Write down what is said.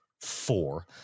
four